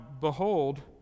behold